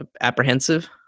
apprehensive